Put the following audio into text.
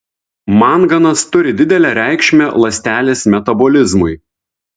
manganas turi didelę reikšmę ląstelės metabolizmui